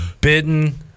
bitten